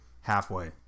halfway